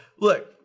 look